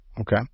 Okay